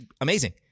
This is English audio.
amazing